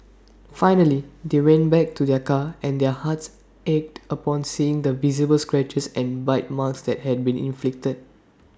finally they went back to their car and their hearts ached upon seeing the visible scratches and bite marks that had been inflicted